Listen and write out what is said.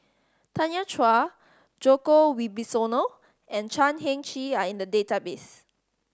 Tanya Chua Djoko Wibisono and Chan Heng Chee are in the database